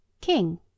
King